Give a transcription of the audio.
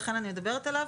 לכן אני מדברת עליו.